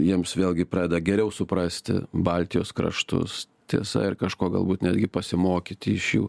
jiems vėlgi pradeda geriau suprasti baltijos kraštus tiesa ir kažko galbūt netgi pasimokyti iš jų